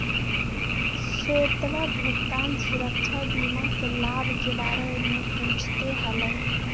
श्वेतवा भुगतान सुरक्षा बीमा के लाभ के बारे में पूछते हलय